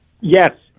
Yes